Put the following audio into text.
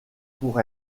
pour